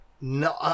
No